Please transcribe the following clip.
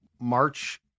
March